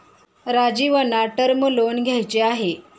राजीवना term loan घ्यायचे आहे